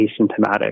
asymptomatic